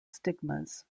stigmas